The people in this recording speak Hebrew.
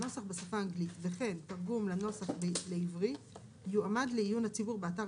הנוסח בשפה האנגלית וכן תרגום לנוסח לעברית יועמדו לעיון הציבור באתר